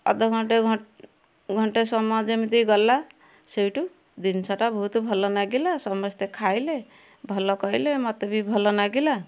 ଅଧ ଘଣ୍ଟେ ଘଣ୍ଟେ ସମୟ ଯେମିତି ଗଲା ସେଇଠୁ ଜିନିଷଟା ବହୁତ ଭଲ ଲାଗିଲା ସମସ୍ତେ ଖାଇଲେ ଭଲ କହିଲେ ମୋତେ ବି ଭଲ ଲାଗିଲା